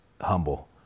humble